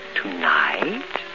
tonight